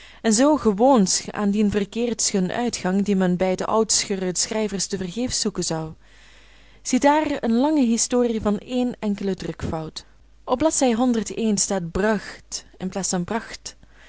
en zoo gewoonsch aan dien verkeerdschen uitgang dien men bij de oudschere schrijvers te vergeefs zoeken zou ziedaar eene lange historie van ééne enkele drukfout opdat zij eens staat bragt in